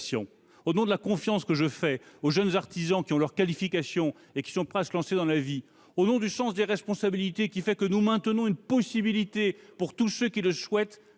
de la confiance que je fais aux jeunes artisans qui ont leur qualification et qui sont prêts à se lancer dans la vie, au nom du sens des responsabilités, qui nous conduit à maintenir la possibilité, pour tous ceux qui le souhaitent,